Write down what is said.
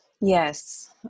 Yes